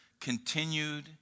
continued